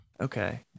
okay